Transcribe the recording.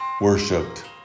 worshipped